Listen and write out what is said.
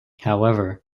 however